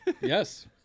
Yes